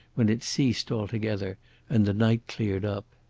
when it ceased altogether and the night cleared up.